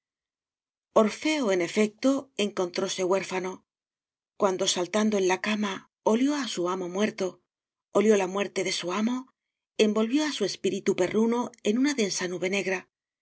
orfeo en efecto encontróse huérfano cuando saltando en la cama olió a su amo muerto olió la muerte de su amo envolvió a su espíritu perruno una densa nube negra